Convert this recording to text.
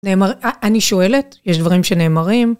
אני שואלת, יש דברים שנאמרים.